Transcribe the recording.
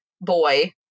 boy